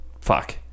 Fuck